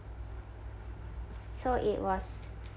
so it was